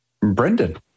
Brendan